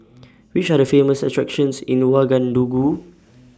Which Are The Famous attractions in Ouagadougou